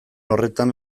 horretan